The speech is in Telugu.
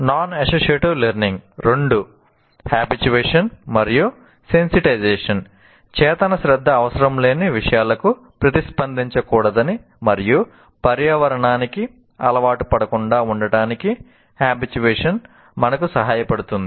నాన్ అసోసియేటివ్ లెర్నింగ్స్ మనకు సహాయపడుతుంది